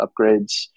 upgrades